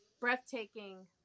breathtaking